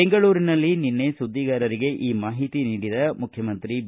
ಬೆಂಗಳೂರಿನಲ್ಲಿ ನಿನ್ನೆ ಸುದ್ದಿಗಾರರಿಗೆ ಈ ಮಾಹಿತಿ ನೀಡಿದ ಮುಖ್ಯಮಂತ್ರಿ ಬಿ